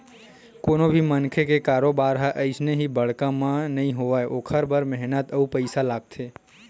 कोनो भी मनखे के कारोबार ह अइसने ही बड़का नइ होवय ओखर बर मेहनत अउ पइसा लागथे